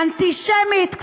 אין זכות למדינה גזענית.